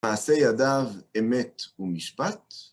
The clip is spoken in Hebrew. מעשה ידיו אמת ומשפט?